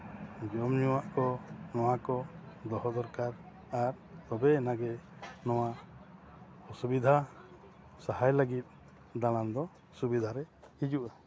ᱡᱚᱢᱼᱧᱩᱣᱟᱜ ᱠᱚ ᱱᱚᱣᱟ ᱠᱚ ᱫᱚᱦᱚ ᱫᱚᱨᱠᱟᱨ ᱟᱨ ᱛᱚᱵᱮ ᱟᱱᱟᱜ ᱜᱮ ᱱᱚᱣᱟ ᱚᱥᱩᱵᱤᱫᱟ ᱥᱟᱦᱟᱭ ᱞᱟᱹᱜᱤᱫ ᱫᱟᱲᱟᱱ ᱫᱚ ᱥᱩᱵᱤᱫᱟ ᱨᱮ ᱦᱤᱡᱩᱜᱼᱟ